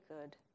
good